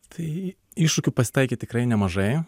tai iššūkių pasitaikė tikrai nemažai